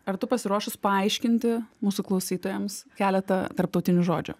ar tu pasiruošus paaiškinti mūsų klausytojams keletą tarptautinių žodžių